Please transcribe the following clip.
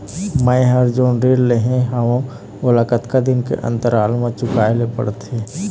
मैं हर जोन ऋण लेहे हाओ ओला कतका दिन के अंतराल मा चुकाए ले पड़ते?